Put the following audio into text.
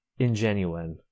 ingenuine